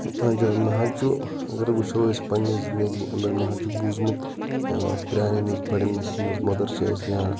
ہاں مےٚ حظ چھُ اَگر وُچھو أسۍ پَننہِ زِنٛدَگی اَنٛدَر مےٚ حظ چھِ بوزمُت پرانؠن نِش بڑٮ۪ن نِش یِم حظ مَدَر چھِ اَسہِ یا